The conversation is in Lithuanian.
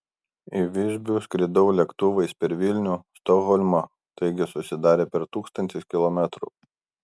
į visbių skridau lėktuvais per vilnių stokholmą taigi susidarė per tūkstantis kilometrų